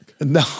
No